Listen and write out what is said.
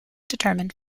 determined